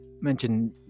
mention